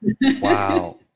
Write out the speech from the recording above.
wow